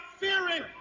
fearing